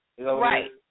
Right